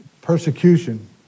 persecution—